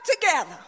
together